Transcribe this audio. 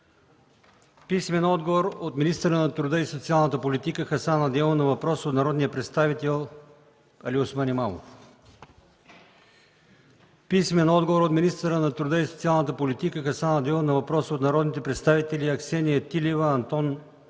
Чуколов; - министъра на труда и социалната политика Хасан Адемов на въпрос от народния представител Алиосман Имамов; - министъра на труда и социалната политика Хасан Адемов на въпрос от народните представители Аксения Тилева, Андон Андонов,